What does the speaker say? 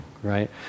Right